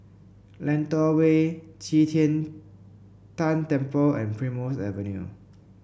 Lentor Way Qi Tian Tan Temple and Primrose Avenue